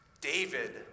David